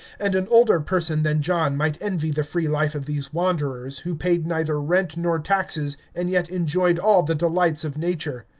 and an older person than john might envy the free life of these wanderers, who paid neither rent nor taxes, and yet enjoyed all the delights of nature.